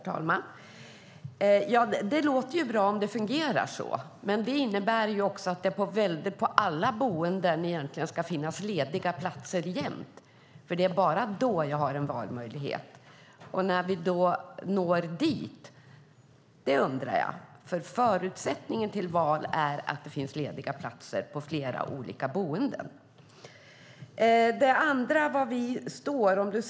Herr talman! Det låter bra om det fungerar så, men det innebär att det på alla boenden egentligen ska finnas lediga platser hela tiden. Det är bara då jag har en valmöjlighet. Frågan är när vi når dit eftersom förutsättningen för val är att det finns lediga platser på flera olika boenden. Det andra gällde var vi står.